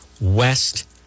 West